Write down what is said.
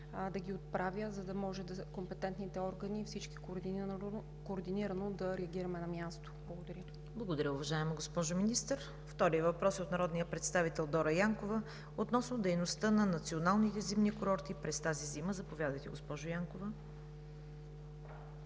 да ги отправя, за да може компетентните органи, всички координирано да реагираме на място. Благодаря. ПРЕДСЕДАТЕЛ ЦВЕТА КАРАЯНЧЕВА: Благодаря, уважаема госпожо Министър. Вторият въпрос е от народния представител Дора Янкова относно дейността на националните зимни курорти през тази зима. Заповядайте, госпожо Янкова.